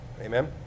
amen